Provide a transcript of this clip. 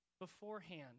beforehand